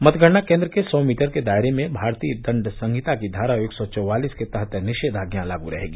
मतगणना केन्द्र के सौ मीटर के दायरे में भारतीय दंड संहिता की धारा एक सौ चौवालिस के तहत निषेधाज्ञा लागू रहेगी